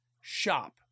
shop